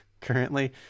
currently